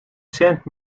cent